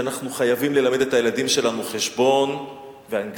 שאנחנו חייבים ללמד את הילדים שלנו חשבון ואנגלית,